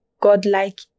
Godlike